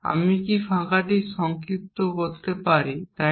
আমি কি এই ফাঁকটি সংক্ষিপ্ত করতে পারি তাই না